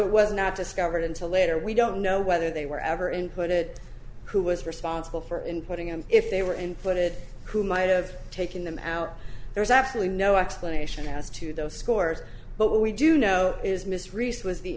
it was not discovered until later we don't know whether they were ever in put it who was responsible for inputting and if they were included who might have taken them out there's absolutely no explanation as to those scores but we do know is miss reese was the